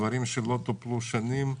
דברים שלא טופלו שנים,